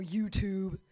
YouTube